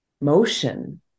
motion